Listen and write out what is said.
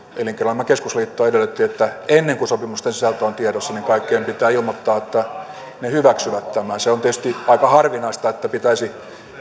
elinkeinoelämän keskusliitto edellytti että ennen kuin sopimusten sisältö on tiedossa kaikkien pitää ilmoittaa että he hyväksyvät tämän se on tietysti aika harvinaista että pitäisi